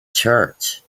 church